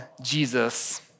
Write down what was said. Jesus